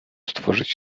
stworzyć